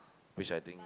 which I think